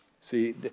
See